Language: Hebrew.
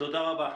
תודה רבה.